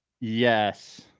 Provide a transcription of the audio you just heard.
Yes